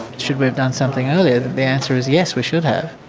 should we have done something earlier? the answer is yes, we should have.